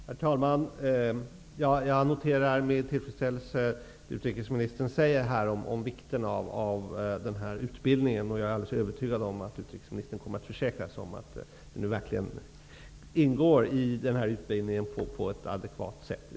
Herr talman! Jag noterar med tillfredsställelse vad utrikesministern här säger om vikten av den här utbildningen. Jag är alldeles övertygad om att utrikesministern kommer att försäkra sig om att detta verkligen ingår i utbildningen på ett adekvat sätt.